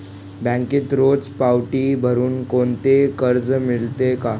बँकेत रोज पावती भरुन कोणते कर्ज मिळते का?